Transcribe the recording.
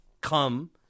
come